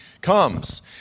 comes